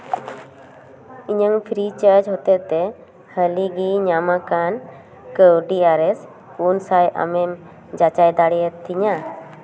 ᱤᱧᱟᱹᱜ free charge ᱦᱚᱛᱮᱡ ᱛᱮ ᱦᱟᱹᱞᱤᱜᱤ ᱧᱟᱢᱟᱠᱟᱱ ᱠᱟᱹᱣᱰᱤ ᱟᱨᱮᱥ ᱯᱩᱱ ᱥᱟᱭ ᱟᱢᱮᱢ ᱡᱟᱪᱟᱭ ᱫᱟᱲᱮᱭᱟᱛᱤᱧᱟ